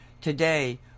today